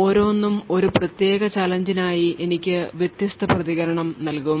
ഓരോന്നും ഒരു പ്രത്യേക ചാലഞ്ച് നായി എനിക്ക് വ്യത്യസ്ത പ്രതികരണം നൽകും